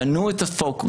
שנו את הפוקוס,